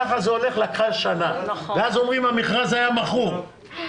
אז אומרים שהמכרז מכור,